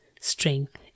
strength